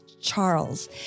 Charles